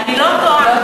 אני לא טועה.